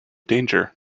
danger